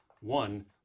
one